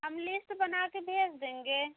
हम लिस्ट बना कर भेज देंगे